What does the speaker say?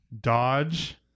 Dodge